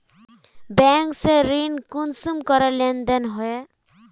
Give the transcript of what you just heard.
Bank से ऋण कुंसम करे लेन देन होए?